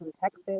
Texas